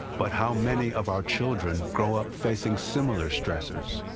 but how many of our children grow up facing similar stressors?